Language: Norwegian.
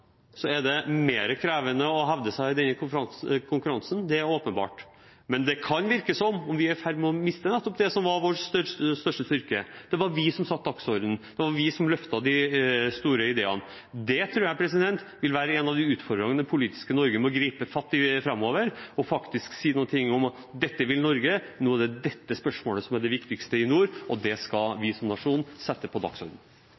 er det mer krevende å hevde seg i denne konkurransen – det er åpenbart. Men det kan virke som om vi er i ferd med å miste nettopp det som var vår største styrke: Det var vi som satte dagsordenen, det var vi som løftet de store ideene. Det tror jeg vil være en av utfordringene det politiske Norge må gripe fatt i framover og si noe om – at dette vil Norge, nå er det dette spørsmålet som er det viktigste i nord, og det skal